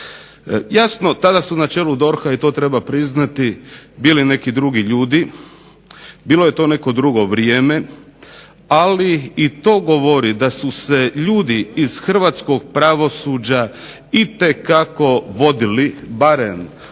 Jasno tada su na čelu DORH-a i to treba priznati bili neki drugi ljudi, bilo je to neko drugo vrijeme, ali i to govori da su se ljudi iz hrvatskog pravosuđa itekako vodili barem